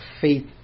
faith